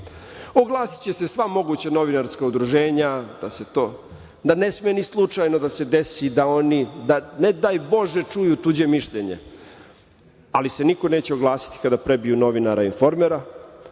Oglasiće se sva moguća novinarska udruženja da ne sme ni slučajno da se desi da oni ne daj Bože čuju tuđe mišljenje, ali se niko neće oglasiti kada neko prebije novinara „Informera“,